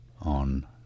on